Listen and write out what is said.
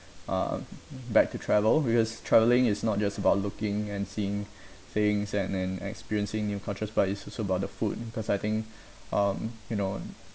uh back to travel because travelling is not just about looking and seeing things and and experiencing new cultures but it's also about the food because I think um you know